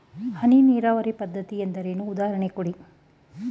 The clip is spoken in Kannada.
ಹನಿ ನೀರಾವರಿ ಪದ್ಧತಿ ಎಂದರೇನು, ಉದಾಹರಣೆ ಕೊಡಿ?